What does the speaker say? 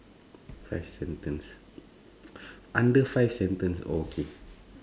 five sentence under five sentence okay